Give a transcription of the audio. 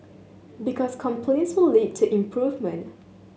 because complaints will lead to improvement